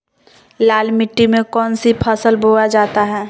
लाल मिट्टी में कौन सी फसल बोया जाता हैं?